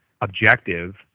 objective